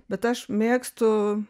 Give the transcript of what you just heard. bet aš mėgstu